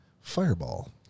Fireball